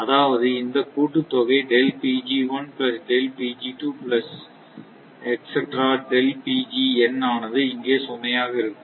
அதாவது இந்த கூட்டுத்தொகை ஆனது இங்கே சுமையாக இருக்கும்